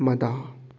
ꯃꯗꯥ